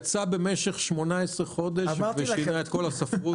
הוא יצא במשך 18 חודשים ושינה את כל הספרות.